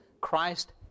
Christ